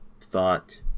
thought